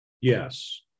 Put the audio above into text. Yes